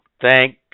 Thank